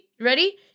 ready